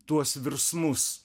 tuos virsmus